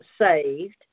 saved